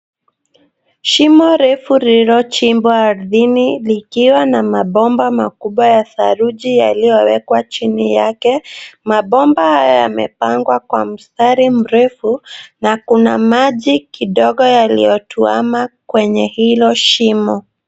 Shimo refu lililochimbwa ardhini likiwa na mabomba makubwa ya saruji yaliyowekwa chini yake. Mabomba haya yamepangwa kwa mstari mrefu na kuna maji kidogo yaliyotuama kwenye hilo shimo.